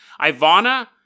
Ivana